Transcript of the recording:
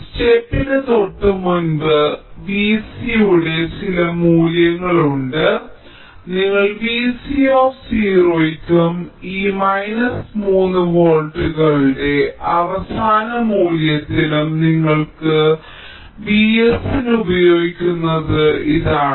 സ്റ്റെപ്പിന് തൊട്ടുമുമ്പ് V c യുടെ ചില മൂല്യങ്ങളുണ്ട് നിങ്ങൾ Vc യ്ക്കും ഈ മൈനസ് 3 വോൾട്ടുകളുടെ അവസാന മൂല്യത്തിനും നിങ്ങൾ Vs ന് ഉപയോഗിക്കുന്നത് ഇതാണ്